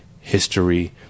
history